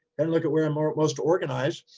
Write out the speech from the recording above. and look at where i'm ah most organized,